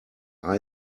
icbm